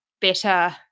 better